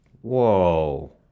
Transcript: Whoa